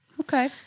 okay